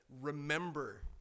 remember